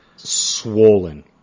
swollen